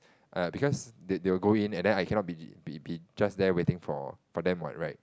uh because they they will go in and then I cannot be be be just there waiting for them what right